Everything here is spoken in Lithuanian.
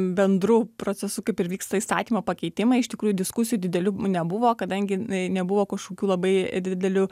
bendru procesu kaip ir vyksta įstatymo pakeitimai iš tikrųjų diskusijų didelių nebuvo kadangi jinai nebuvo kažkokių labai didelių